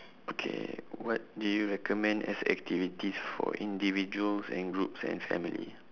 okay what do you recommend as activities for individuals and groups and family